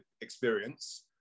experience